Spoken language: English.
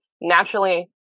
naturally